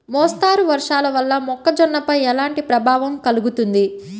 మోస్తరు వర్షాలు వల్ల మొక్కజొన్నపై ఎలాంటి ప్రభావం కలుగుతుంది?